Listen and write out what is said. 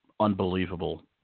unbelievable